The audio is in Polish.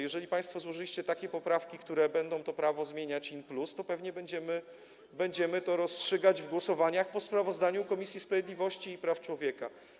Jeżeli państwo złożyliście takie poprawki, które będą to prawo zmieniać in plus, to pewnie będziemy je rozstrzygać w głosowaniach po sprawozdaniu Komisji Sprawiedliwości i Praw Człowieka.